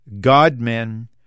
God-men